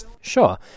sure